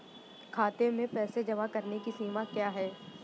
खाते में पैसे जमा करने की सीमा क्या है?